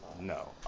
No